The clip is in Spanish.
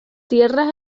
tierras